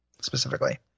specifically